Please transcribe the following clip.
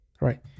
Right